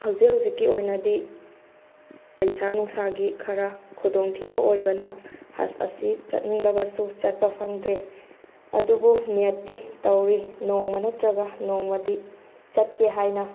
ꯍꯧꯖꯤꯛ ꯍꯧꯖꯤꯛꯀꯤ ꯑꯣꯏꯅꯗꯤ ꯄꯩꯁꯥ ꯅꯨꯡꯁꯥꯒꯤ ꯈꯔ ꯈꯨꯗꯣꯡꯊꯤꯕ ꯑꯣꯏꯕꯅ ꯍꯁ ꯑꯁꯤ ꯆꯠꯅꯤꯡꯂꯕꯁꯨ ꯆꯠꯄ ꯐꯪꯗ꯭ꯔꯦ ꯑꯗꯨꯕꯨ ꯅꯦꯠꯇꯤ ꯇꯧꯔꯤ ꯅꯣꯡꯃ ꯅꯠꯇ꯭ꯔꯒ ꯅꯣꯡꯃꯗꯤ ꯆꯠꯀꯦ ꯍꯥꯏꯅ